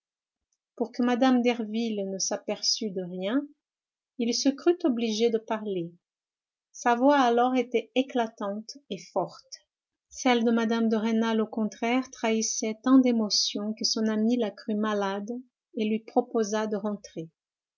pour que mme derville ne s'aperçût de rien il se crut obligé de parler sa voix alors était éclatante et forte celle de mme de rênal au contraire trahissait tant d'émotion que son amie la crut malade et lui proposa de rentrer